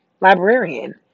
Librarian